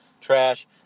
trash